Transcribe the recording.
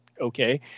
okay